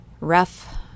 rough